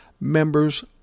members